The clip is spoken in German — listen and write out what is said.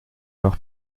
noch